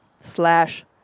slash